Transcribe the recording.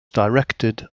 directed